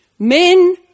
Men